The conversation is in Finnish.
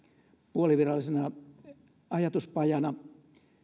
puolivirallisena ajatuspajana